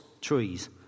trees